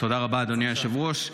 תודה רבה, אדוני היושב-ראש.